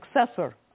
successor